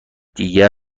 دیگر